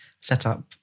setup